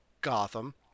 gotham